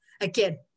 Again